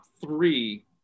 three